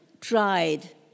tried